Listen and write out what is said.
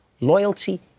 loyalty